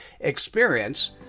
experience